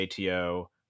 ATO